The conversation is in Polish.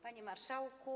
Panie Marszałku!